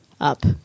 up